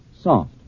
Soft